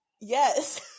yes